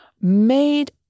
made